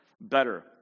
better